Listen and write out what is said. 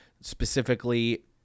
specifically